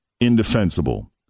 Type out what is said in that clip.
indefensible